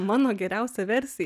mano geriausia versija